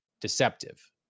deceptive